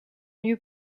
lieu